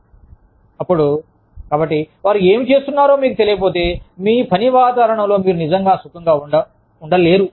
అప్పుడు కాబట్టి వారు ఏమి చేస్తున్నారో మీకు తెలియకపోతే మీ పని వాతావరణంలో మీరు నిజంగా సుఖంగా ఉండలేరు